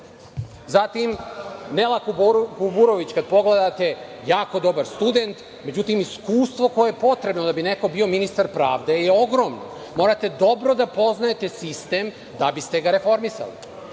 Nela Kuburović, kada pogledate, jako dobar student, međutim, iskustvo koje je potrebno da bi neko bio ministar pravde je ogromno, morate dobro da poznajete sistem da biste ga reformisali.